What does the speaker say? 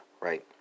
right